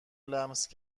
لمس